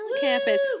campus